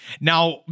Now